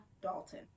dalton